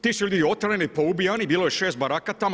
Ti su ljudi otvoreni, poubijani, bilo je 6 baraka tamo.